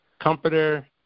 Comforter